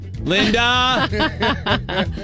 Linda